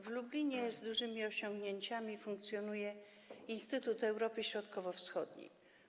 W Lublinie z dużymi osiągnięciami funkcjonuje Instytut Europy Środkowo-Wschodniej.